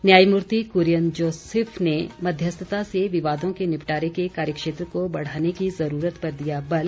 न्यायमूर्ति कुरियन जोसेफ ने मध्यस्थता से विवादों के निपटारे के कार्यक्षेत्र को बढ़ाने की ज़रूरत पर दिया बल